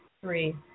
Three